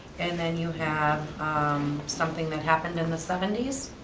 and then you had um something that happened in the seventy s.